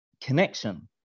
connection